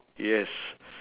yes